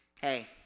Hey